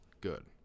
good